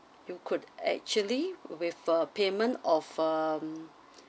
you could actually with a payment of um